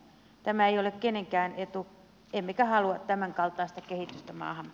tämä ei ole kenenkään etu emmekä halua tämänkaltaista kehitystä maahamme